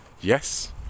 Yes